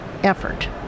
effort